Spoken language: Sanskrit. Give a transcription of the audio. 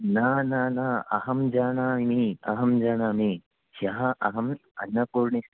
न न न अहं जानामि अहं जानामि ह्यः अहम् अन्नपूर्णे